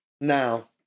Now